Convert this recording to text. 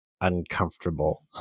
uncomfortable